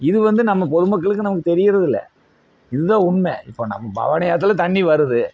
இது வந்து நம்ம பொது மக்களுக்கு நமக்கு தெரியறது இல்ல இதுதான் உண்மை இப்போது நம்ம பவானி ஆற்றுல தண்ணி வருது